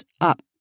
up